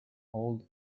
old